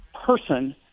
person